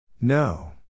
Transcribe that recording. No